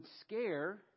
scare